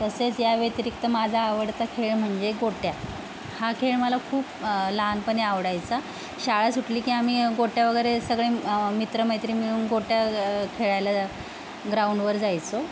तसेच या व्यतिरिक्त माझा आवडता खेळ म्हणजे गोट्या हा खेळ मला खूप लहानपणी आवडायचा शाळा सुटली की आम्ही गोट्या वगैरे सगळे मित्र मैत्रीण मिळून गोट्या खेळायला ग्राऊंडवर जायचो